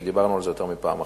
כי דיברנו על זה יותר מפעם אחת.